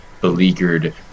beleaguered